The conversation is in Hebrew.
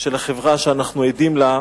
של החברה שאנחנו עדים לה,